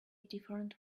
different